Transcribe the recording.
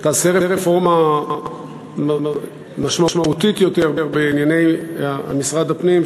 שתעשה רפורמה משמעותית יותר בענייני משרד הפנים,